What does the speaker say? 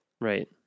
right